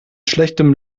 schlechtem